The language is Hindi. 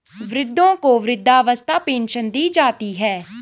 वृद्धों को वृद्धावस्था पेंशन दी जाती है